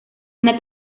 una